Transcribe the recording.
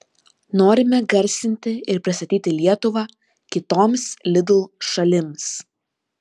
norime garsinti ir pristatyti lietuvą kitoms lidl šalims